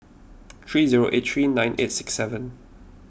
three zero eight three nine eight six seven